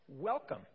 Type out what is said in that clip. Welcome